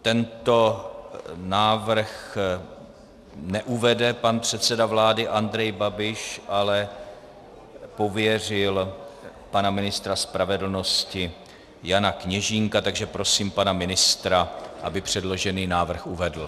Tento návrh neuvede pan předseda vlády Andrej Babiš, ale pověřil pana ministra spravedlnosti Jana Kněžínka, takže prosím pana ministra, aby předložený návrh uvedl.